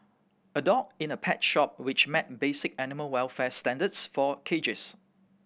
a dog in a pet shop which met basic animal welfare standards for cages